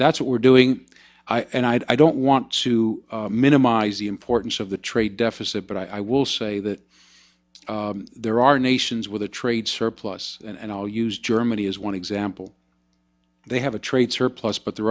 that's what we're doing and i don't want to minimize the importance of the trade deficit but i will say that there are nations with a trade surplus and i'll use germany as one example they have a trade surplus but the